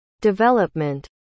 development